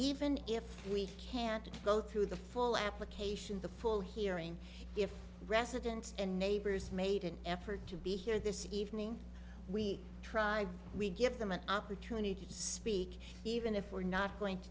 even if we can't go through the full application the full hearing if residents and neighbors made an effort to be here this evening we try we give them an opportunity to speak even if we're not going to